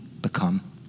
become